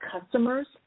customers